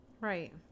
Right